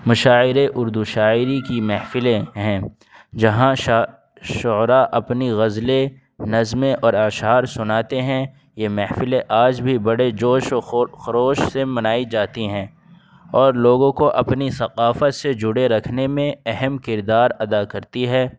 مشاعرے اردو شاعری کی محفلیں ہیں جہاں شا شعرا اپنی غزلیں نظمیں اور اشعار سناتے ہیں یہ محفلیں آج بھی بڑے جوش و خروش سے منائی جاتی ہیں اور لوگوں کو اپنی ثقافت سے جڑے رکھنے میں اہم کردار ادا کرتی ہے